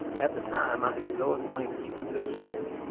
at the time i had no acquaintance with this snake,